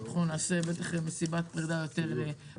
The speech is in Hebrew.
אנחנו בטח נעשה מסיבת פרידה יותר גדולה.